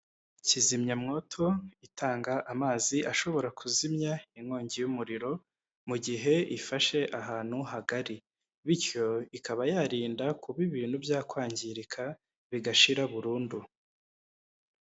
Kizimyamwoto itanga amazi ashobora kuzimya inkongi y'umuriro, mu gihe ifashe ahantu hagari, bityo ikaba yarinda kuba ibintu byakwangirika, bigashira burundu.